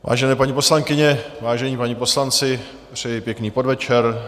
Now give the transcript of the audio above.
Vážené paní poslankyně, vážení páni poslanci, přeji pěkný podvečer.